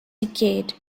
decayed